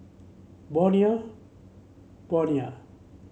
Bonia Bonia